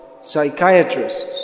psychiatrists